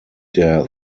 der